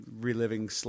reliving